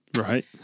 Right